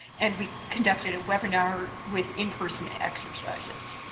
and we conducted a webinar with in-person exercises.